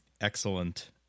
excellent